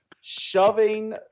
Shoving